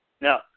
No